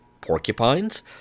porcupines